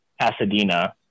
Pasadena